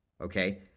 Okay